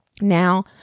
Now